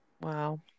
Wow